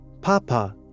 Papa